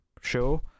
show